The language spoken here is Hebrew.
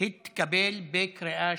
התקבל בקריאה שנייה.